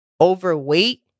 overweight